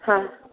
हा